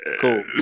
Cool